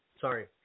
sorry